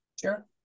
Sure